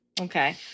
Okay